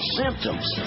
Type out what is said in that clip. symptoms